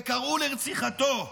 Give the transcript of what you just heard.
וקראו לרציחתו: